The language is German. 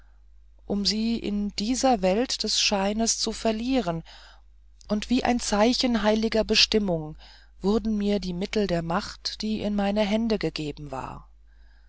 um sie in dieser welt des scheines zu verlieren und wie ein zeichen heiliger bestimmung wurden mir die mittel der macht die in meine hände gegeben war